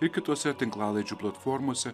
ir kitose tinklalaidžių platformose